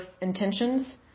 intentions